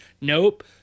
Nope